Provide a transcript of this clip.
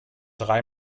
drei